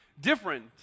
different